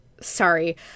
sorry